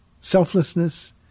selflessness